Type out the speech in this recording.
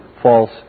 false